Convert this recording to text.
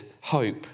hope